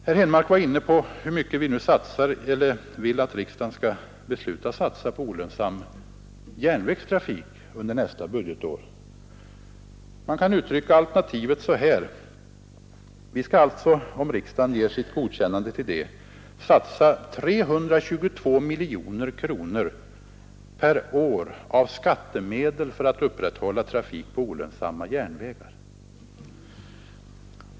Herr Henmark var inne på hur mycket vi vill att riksdagen skall besluta satsa på olönsam järnvägstrafik under nästa budgetår. Man kan uttrycka alternativet så här: Vi skall alltså, om riksdagen godkänner det, satsa 322 miljoner kronor per år av skattemedel för att upprätthålla trafik på olönsamma järnvägar.